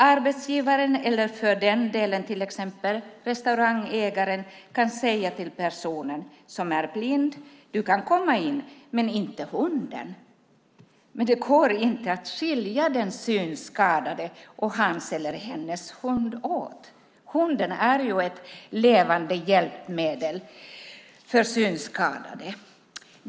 Arbetsgivaren, eller för den delen till exempel restaurangägaren, kan säga till den person som är blind: Du kan komma in men inte hunden. Men det går inte att skilja den synskadade och hans eller hennes hund åt. Hunden är ett levande hjälpmedel för synskadade.